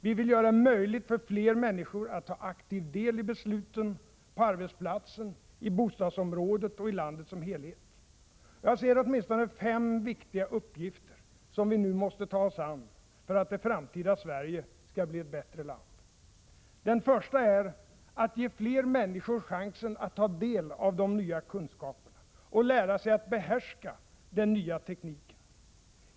Vi vill göra det möjligt för fler människor att ta aktiv del i besluten, på arbetsplatsen, i bostadsområdet och i landet som helhet. Jag ser åtminstone fem viktiga uppgifter, som vi nu måste ta oss an, för att det framtida Sverige skall bli ett bättre land. Den första är att ge fler människor chansen att ta del av de nya kunskaperna och lära sig behärska den nya tekniken.